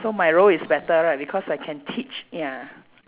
so my role is better right because I can teach ya